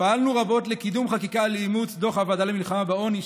פעלנו רבות לקידום חקיקה לאימוץ דוח הוועדה למלחמה בעוני,